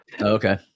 okay